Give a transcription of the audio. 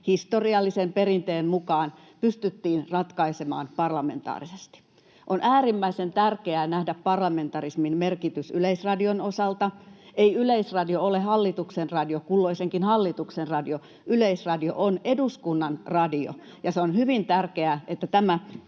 historiallisen perinteen mukaan pystyttiin ratkaisemaan parlamentaarisesti. On äärimmäisen tärkeää nähdä parlamentarismin merkitys Yleisradion osalta. Ei Yleisradio ole hallituksen radio, kulloisenkin hallituksen radio, vaan Yleisradio on eduskunnan radio, [Aino-Kaisa Pekonen: